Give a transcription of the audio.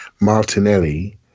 Martinelli